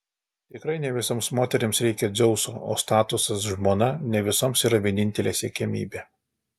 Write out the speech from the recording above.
tikrai ne visoms moterims reikia dzeuso o statusas žmona ne visoms yra vienintelė siekiamybė